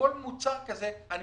אי-אפשר לייצר את זה בחצי שקל,